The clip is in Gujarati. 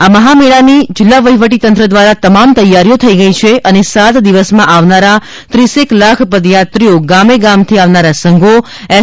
આ મહામેળાની જીલ્લા વહીવટી તંત્ર દ્વારા તમામ તૈયારીઓ થઈ ગઈ છે અને સાત દિવસમાં આવનારા ત્રીસેક લાખ પદયાત્રીકો ગામે ગામથી આવનારા સંઘો એસ